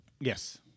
Yes